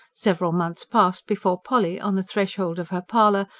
several months passed before polly, on the threshold of her parlour,